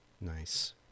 Nice